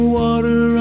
water